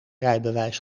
rijbewijs